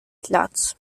platz